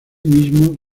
mismos